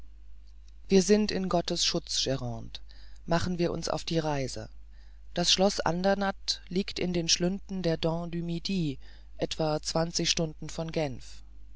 wir sind in gottes schutz grande machen wir uns auf die reise das schloß andernatt liegt in den schlünden der dents du midi etwa zwanzig stunden von genf